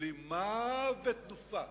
בלימה ותנופה.